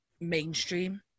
mainstream